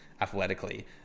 athletically